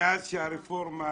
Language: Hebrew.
מאז שהרפורמה